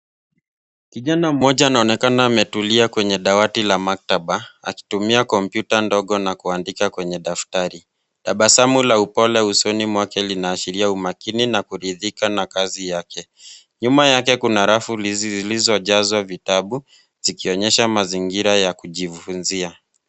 Kijana mmoja anaonekana ametulia kwenye dawati la maktaba, akitumia kompyuta ndogo na kuandika kwenye daftari. Tabasamu la upole usoni mwake linaashiria umakini na kuridhika na kazi yake . Nyuma yake kuna rafu zilizojazwa vitabu, zikionyesha mazingira ya kujifunzia.